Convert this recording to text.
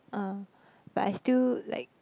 uh but I still like